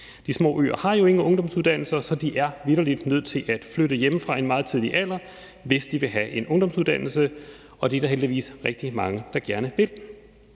De små øer har jo ingen ungdomsuddannelser, så de er vitterlig nødt til at flytte hjemmefra i en meget tidlig alder, hvis de vil have en ungdomsuddannelse, og det er der heldigvis rigtig mange der gerne vil.